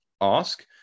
ask